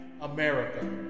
America